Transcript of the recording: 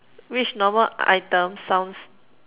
which normal item sounds